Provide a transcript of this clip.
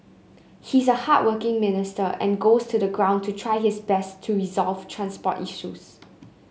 he's a hardworking minister and goes to the ground to try his best to resolve transport issues